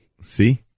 See